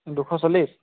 দুশ চল্লিছ